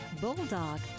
bulldog